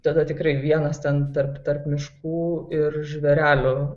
tada tikrai vienas ten tarp tarp miškų ir žvėrelių